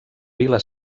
vila